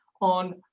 on